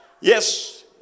Yes